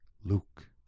luke